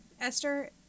Esther